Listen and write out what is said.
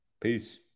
Peace